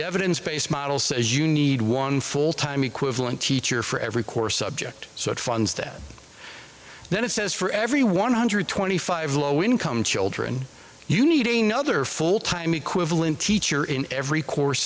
evidence based model says you need one full time equivalent teacher for every course subject so it funds that then it says for every one hundred twenty five low income children you need a nother full time equivalent teacher in every course